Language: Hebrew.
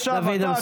עכשיו אתה,